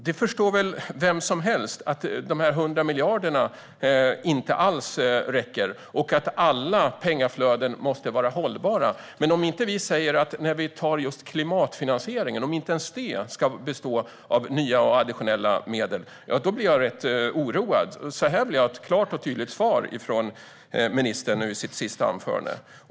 Vem som helst förstår väl att dessa 100 miljarder inte alls räcker och att alla pengaflöden måste vara hållbara, men om inte ens klimatfinansieringen ska bestå av nya och additionella medel blir jag rätt oroad. Här vill jag ha ett klart och tydligt svar från ministern i hennes sista anförande.